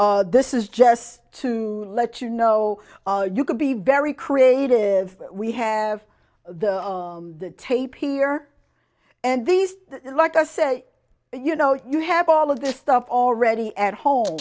this is just to let you know you can be very creative we have the tape here and this like i say you know you have all of this stuff already at home